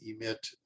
emit